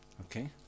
Okay